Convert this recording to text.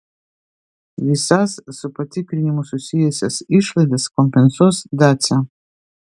visas su patikrinimu susijusias išlaidas kompensuos dacia